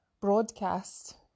broadcast